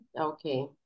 Okay